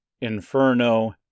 Inferno